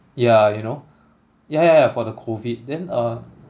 yeah you know yeah yeah yeah for the COVID then uh